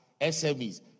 SMEs